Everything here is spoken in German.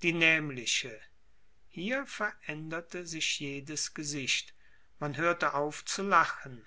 die nämliche hier veränderte sich jedes gesicht man hörte auf zu lachen